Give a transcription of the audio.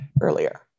earlier